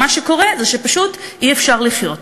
מה שקורה זה שפשוט אי-אפשר לחיות.